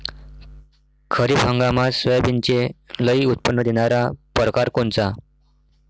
खरीप हंगामात सोयाबीनचे लई उत्पन्न देणारा परकार कोनचा?